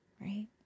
right